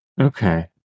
Okay